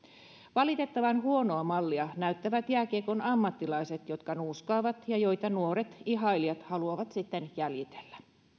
valitettavan huonoa mallia näyttävät jääkiekon ammattilaiset jotka nuuskaavat ja joita nuoret ihailijat haluavat sitten jäljitellä